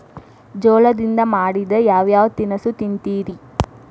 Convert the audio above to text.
ಜೋಳದಿಂದ ಮಾಡಿದ ಯಾವ್ ಯಾವ್ ತಿನಸು ತಿಂತಿರಿ?